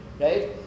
right